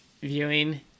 viewing